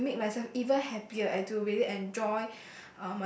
be to make myself even happier and to maybe enjoy